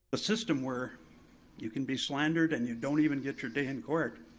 a system where you can be slandered and you don't even get your day in court,